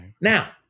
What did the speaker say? Now